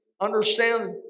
understand